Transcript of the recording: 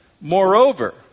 moreover